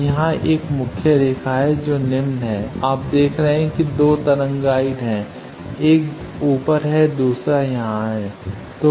तो यहाँ एक मुख्य रेखा है जो निम्न है आप देख रहे हैं कि 2 तरंग गाइड हैं एक ऊपर है दूसरा यहाँ है